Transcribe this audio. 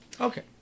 Okay